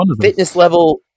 fitness-level